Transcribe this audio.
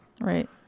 right